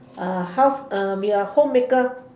a house be a homemaker